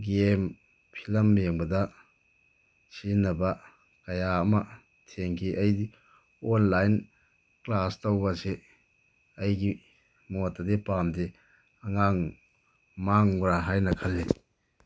game film ꯌꯦꯡꯕꯗ ꯁꯤꯖꯤꯟꯅꯕ ꯀꯌꯥ ꯑꯃ ꯊꯦꯡꯈꯤ ꯑꯩꯗꯤ ꯑꯣꯟꯂꯥꯏꯟ ꯀ꯭ꯂꯥꯁ ꯇꯧꯕ ꯑꯁꯤ ꯑꯩꯒꯤ ꯃꯣꯠꯇꯗꯤ ꯄꯥꯝꯗꯦ ꯑꯉꯥꯡ ꯃꯥꯡꯕ꯭ꯔꯥ ꯍꯥꯏꯅ ꯈꯜꯂꯤ